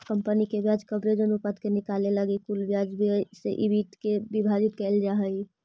company के ब्याज coverage अनुपात के निकाले लगी कुल ब्याज व्यय से ईबिट के विभाजित कईल जा हई